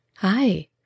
Hi